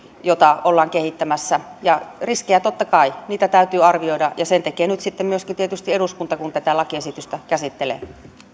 jota ollaan kehittämässä riskejä totta kai täytyy arvioida ja sen tekee nyt sitten tietysti myöskin eduskunta kun se tätä lakiesitystä käsittelee